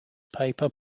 paper